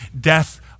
Death